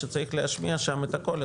שצריך להשמיע שם את הקול הזה.